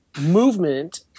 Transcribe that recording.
movement